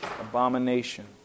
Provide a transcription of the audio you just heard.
abomination